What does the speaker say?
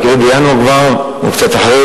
אני מקווה שזה יהיה כבר בינואר או קצת אחרי,